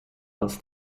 als